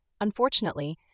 Unfortunately